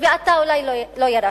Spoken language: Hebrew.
ואתה אולי לא ירשת.